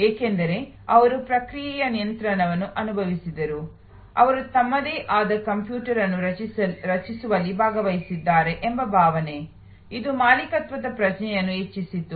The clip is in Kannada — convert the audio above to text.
ಏಕೆಂದರೆ ಅವರು ಪ್ರಕ್ರಿಯೆಯ ನಿಯಂತ್ರಣವನ್ನು ಅನುಭವಿಸಿದರು ಅವರು ತಮ್ಮದೇ ಆದ ಕಂಪ್ಯೂಟರ್ ಅನ್ನು ರಚಿಸುವಲ್ಲಿ ಭಾಗವಹಿಸಿದ್ದಾರೆ ಎಂಬ ಭಾವನೆ ಇದು ಮಾಲೀಕತ್ವದ ಪ್ರಜ್ಞೆಯನ್ನು ಹೆಚ್ಚಿಸಿತು